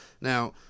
Now